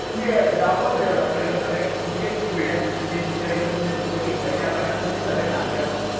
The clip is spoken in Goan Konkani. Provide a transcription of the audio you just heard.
तुमचे जावपाक जाय रोखडें मागीर तुजे फुडल्या म्हणजे दुसऱ्या दिसा तुमी उट्टली पय त्या प्रमाणे तुमचे सगळे सामके जातले